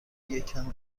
یکم